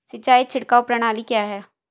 सिंचाई छिड़काव प्रणाली क्या है?